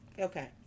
Okay